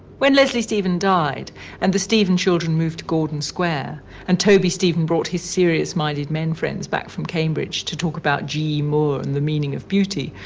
when leslie stephen died and the stephen children moved to gordon square and toby stephen brought his serious-minded men friends back from cambridge to talk about ge moore and the meaning of beauty,